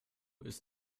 ist